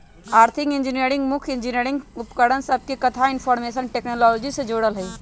आर्थिक इंजीनियरिंग मुख्य इंजीनियरिंग उपकरण सभके कथा इनफार्मेशन टेक्नोलॉजी से जोड़ल हइ